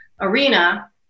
arena